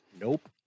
Nope